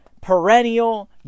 perennial